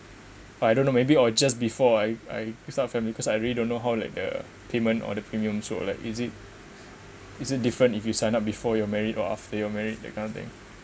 I don't know maybe or just before I I start a family because I really don't know how like the payment or the premiums so like is it is it different if you sign up before you're married or after you're married that kind of thing